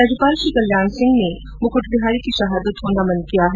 राज्यपाल श्री कल्याण सिंह ने श्री मुकट बिहारी की शहादत को नमन किया है